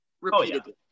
repeatedly